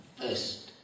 first